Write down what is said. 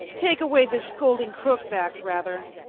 take away this scolding crooke-backe, rather